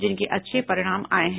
जिनके अच्छे परिणाम आये हैं